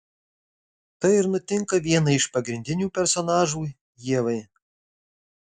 tai ir nutinka vienai iš pagrindinių personažų ievai